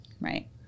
right